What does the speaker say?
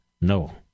No